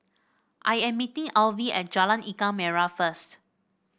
I am meeting Alvy at Jalan Ikan Merah first